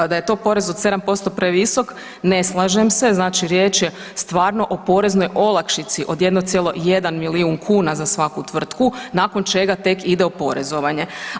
Da je to porez od 7% previsok ne slažem se, znači riječ je stvarno o poreznoj olakšici od 1,1 milijun kuna za svaku tvrtku nakon čega tek ide oporezovanje.